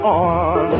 on